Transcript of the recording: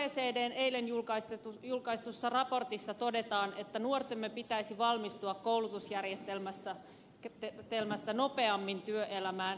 oecdn eilen julkaistussa raportissa todetaan että nuortemme pitäisi valmistua koulutusjärjestelmästä nopeammin työelämään